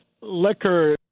liquor